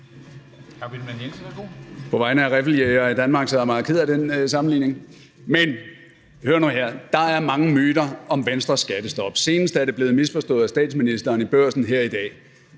På vegne af riffeljægere i Danmark er jeg meget ked af den sammenligning, men hør nu her: Der er mange myter om Venstres skattestop. Senest er det blevet misforstået af statsministeren i Børsen her i dag.